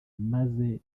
maze